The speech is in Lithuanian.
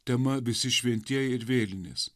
tema visi šventieji ir vėlinės